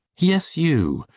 yes, you!